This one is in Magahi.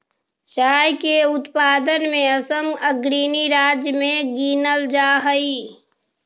चाय के उत्पादन में असम अग्रणी राज्य में गिनल जा हई